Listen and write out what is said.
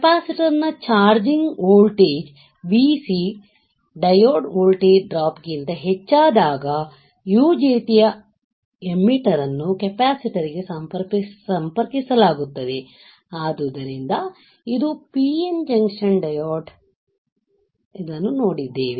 ಕಾಯಪಿಸಿಟರ್ನ charging voltage Vc diode voltage drop ಗಿಂತ ಹೆಚ್ಚಾದಾಗ UJT ಯ ಎಮ್ಮಿಟರ್ ನ್ನು ಕೆಪಾಸಿಟರ್ ಗೆ ಸಂಪರ್ಕಿಸಲಾಗುತ್ತದೆ ಆದ್ದರಿಂದ ಇದು PN ಜಂಕ್ಷನ್ ಡಯೋಡ್ ನಾವು ಇದನ್ನು ನೋಡಿದ್ದೇವೆ